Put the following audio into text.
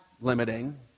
limiting